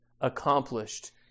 accomplished